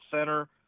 center